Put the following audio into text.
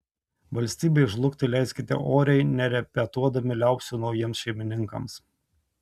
valstybei žlugti leiskite oriai nerepetuodami liaupsių naujiems šeimininkams